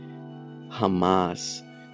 Hamas